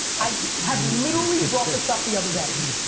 i have literally brought this up the other day.